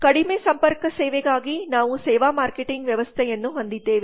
ಕಡಿಮೆ ಸಂಪರ್ಕ ಸೇವೆಗಾಗಿ ನಾವು ಸೇವಾ ಮಾರ್ಕೆಟಿಂಗ್ ವ್ಯವಸ್ಥೆಯನ್ನು ಹೊಂದಿದ್ದೇವೆ